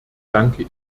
danke